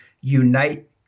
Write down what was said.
unite